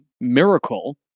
miracle